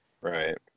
Right